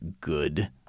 good